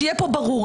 שיהיה פה ברור,